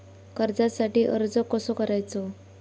कर्जासाठी अर्ज कसो करायचो?